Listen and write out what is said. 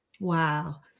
Wow